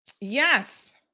Yes